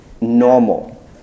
normal